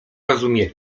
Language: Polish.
rozumie